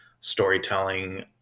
storytelling